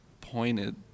pointed